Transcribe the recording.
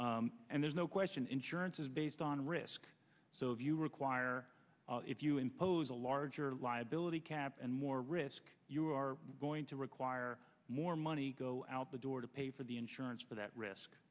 and there's no question insurance is based on risk so if you require if you impose a larger liability cap and more risk you are going to require more money go out the door to pay for the insurance but that risk